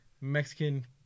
Mexican